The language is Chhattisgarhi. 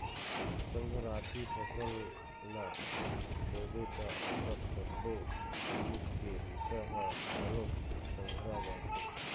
संघराती फसल ल बोबे त ओखर सबो जिनिस के बूता ह घलोक संघरा जाथे